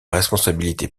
responsabilité